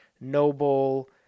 noble